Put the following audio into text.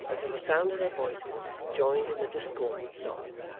until the sound of their voices, joined in a discordant song,